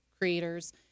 creators